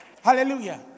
Hallelujah